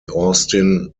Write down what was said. austin